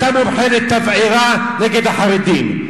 אתה מומחה לתבערה נגד החרדים,